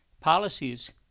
Policies